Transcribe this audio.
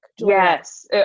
yes